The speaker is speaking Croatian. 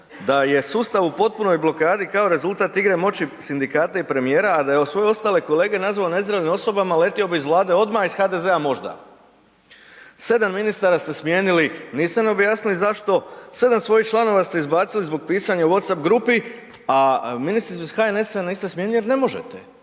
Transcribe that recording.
da je sustav u potpunoj blokadi kao rezultat igre moći sindikata i premijera, a da je svoje ostale kolege nazvao nezrelim osobama letio bi iz Vlade odmah, a iz HDZ-a možda. Sedam ministara ste smijenili, niste nam objasnili zašto, sedam svojih članova ste izbacili zbog pisanja u Whatsapp grupi, a ministricu iz HNS-a niste smijenili jer ne možete.